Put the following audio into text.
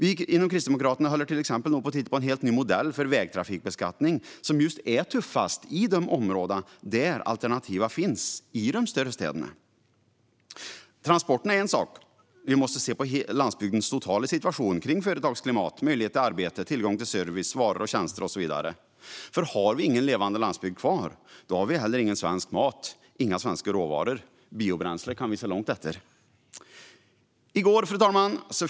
Vi inom Kristdemokraterna håller till exempel på att titta på en helt ny modell för vägtrafikbeskattning, som just är tuffast i de områden där alternativen finns, i de större städerna. Transporterna är en sak, men vi måste se på landsbygdens totala situation när det gäller företagsklimat, möjlighet till arbete, tillgång till service, varor och tjänster och så vidare, för har vi ingen levande landsbygd kvar har vi heller ingen svensk mat, inga svenska råvaror. Biobränsle kan vi se långt efter. Fru talman!